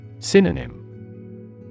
Synonym